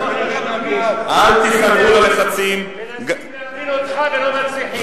אל תיכנעו ללחצים, מנסים להבין אותך ולא מצליחים.